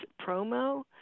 promo